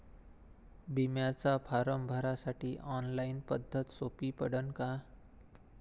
बिम्याचा फारम भरासाठी ऑनलाईन पद्धत सोपी पडन का?